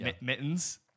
mittens